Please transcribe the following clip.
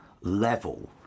level